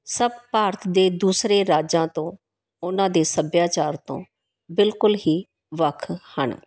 ਸਭ ਭਾਰਤ ਦੇ ਦੂਸਰੇ ਰਾਜਾਂ ਤੋਂ ਉਹਨਾਂ ਦੇ ਸੱਭਿਆਚਾਰ ਤੋਂ ਬਿਲਕੁਲ ਹੀ ਵੱਖ ਹਨ